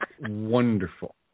wonderful